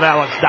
Alex